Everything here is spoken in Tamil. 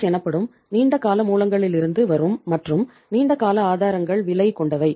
எஸ் எனப்படும் நீண்ட கால மூலங்களிலிருந்து வரும் மற்றும் நீண்ட கால ஆதாரங்கள் விலை கொண்டவை